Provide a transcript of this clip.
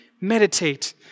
meditate